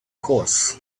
course